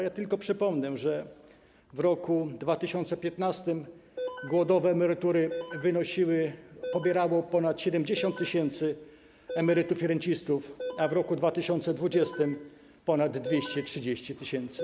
Ja tylko przypomnę, że w roku 2015 głodowe emerytury pobierało ponad 70 tys. emerytów i rencistów, a w roku 2020 - ponad 230 tys.